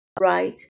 right